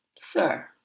sir